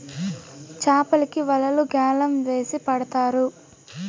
చాపలకి వలలు గ్యాలం వేసి పడతారు